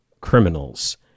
criminals